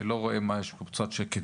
אני לא רואה מה יש פה צד שכנגד.